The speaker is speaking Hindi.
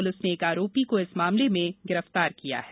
पुलिस ने एक आरोपी को इस मामले में गिरफ्तार किया है